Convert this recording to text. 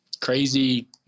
crazy